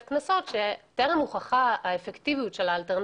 קנסות שטרם הוכחה האפקטיביות שלו.